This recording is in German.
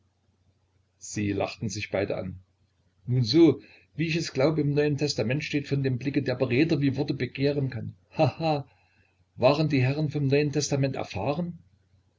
sie lachten sich beide an nun so wie es ich glaube im neuen testamente steht von dem blicke der beredter wie worte begehren kann ha ha waren die herren von dem neuen testament erfahren